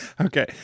Okay